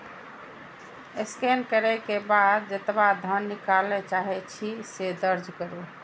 scan करै के बाद जेतबा धन निकालय चाहै छी, से दर्ज करू